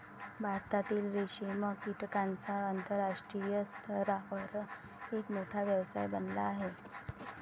भारतातील रेशीम कीटकांचा आंतरराष्ट्रीय स्तरावर एक मोठा व्यवसाय बनला आहे